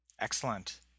Excellent